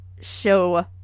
show